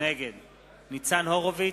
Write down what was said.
נגד ניצן הורוביץ,